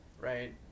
Right